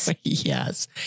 Yes